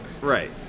right